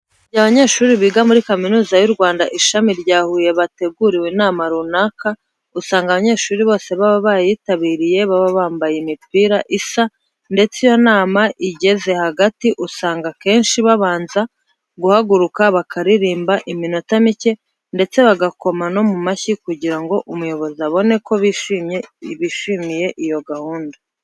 Mu gihe abanyeshuri biga muri Kaminuza y'u Rwanda, ishami rya Huye bateguriwe inama runaka, usanga abanyeshuri bose baba bayitabiriye baba bambaye imipira isa ndetse iyo inama igeze hagati, usanga akenshi babanza guhaguruka bakaririmba iminota mike ndetse bagakoma no mu mashyi kugira ngo umuyobozi abone ko bishimiye iyo gahunda.